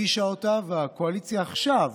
והקואליציה עכשיו,